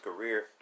career